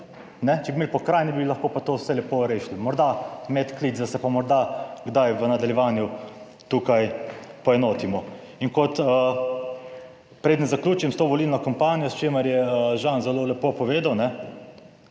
Če bi imeli pokrajine, bi lahko pa to vse lepo rešili. Morda medklic, da se pa morda kdaj v nadaljevanju tukaj poenotimo in kot, preden zaključim s to volilno kampanjo, s čimer je Žan zelo lepo povedal,